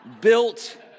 built